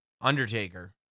undertaker